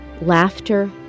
laughter